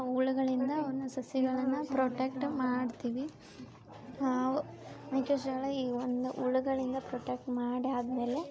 ಹುಳಗಳಿಂದ ಅವನ್ನ ಸಸಿಗಳನ್ನ ಪ್ರೊಟೆಕ್ಟ್ ಮಾಡ್ತೀವಿ ಮೆಕ್ಕೆಜೋಳ ಈ ಒಂದು ಹುಳಗಳಿಂದ ಪ್ರೊಟೆಕ್ಟ್ ಮಾಡಿ ಆದ್ಮೇಲೆ